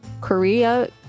Korea